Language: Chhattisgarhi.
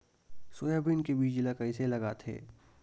सोयाबीन के बीज ल कइसे लगाथे?